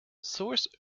source